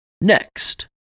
Next